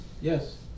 Yes